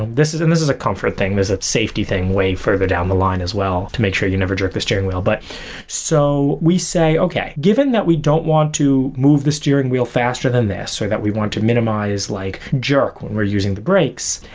and this is and this is a comfort thing. there's a safety thing way further down the line as well to make sure you never jerk the steering wheel. but so we say, okay, given that we don't want to move the steering wheel faster than this, or that we want to minimize like jerk when we're using the brakes,